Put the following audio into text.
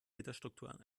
gitterstruktur